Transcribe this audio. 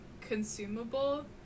Consumable